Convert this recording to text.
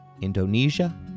Indonesia